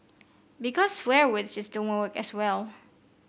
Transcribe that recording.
because swear words just don't work as well